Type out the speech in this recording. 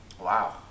Wow